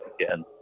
again